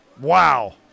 Wow